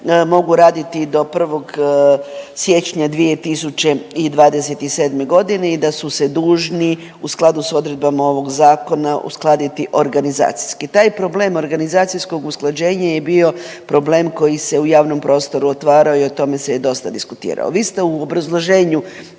mogu raditi do 1. siječnja 2027. g. i da su se dužni u skladu s odredbama ovog Zakona uskladiti organizacijski. Taj problem organizacijskog usklađenja je bio problem koji se u javnom prostoru otvarao i o tome se je dosta diskutiralo. Vi ste u obrazloženju